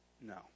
No